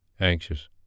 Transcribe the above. anxious